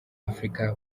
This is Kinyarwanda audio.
afurika